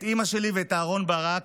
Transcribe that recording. את אימא שלי ואת אהרן ברק,